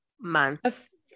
months